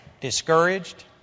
discouraged